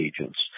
agents